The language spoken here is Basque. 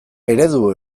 eredu